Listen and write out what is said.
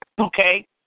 Okay